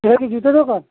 এটা কি জুতো দোকান